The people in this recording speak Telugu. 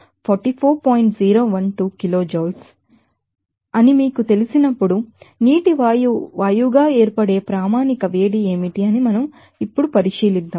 012 kilo Joules అని మీకు తెలిసినప్పుడు నీటి వాయువు వాయువుగా ఏర్పడే స్టాండర్డ్ హీట్ ఏమిటి అని మనం ఇప్పుడు పరిశీలిద్దాం